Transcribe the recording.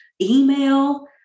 email